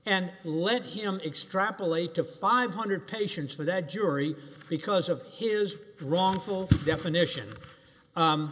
and let him extrapolate to five hundred patients for that jury because of his wrongful definition